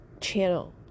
channel